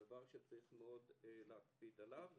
דבר שצריך מאד להקפיד עליו.